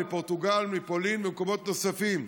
מפורטוגל, מפולין וממקומות נוספים.